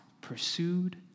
pursued